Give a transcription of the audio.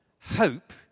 hope